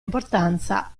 importanza